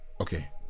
Okay